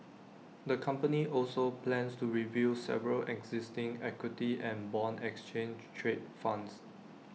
the company also plans to review several existing equity and Bond exchange trade funds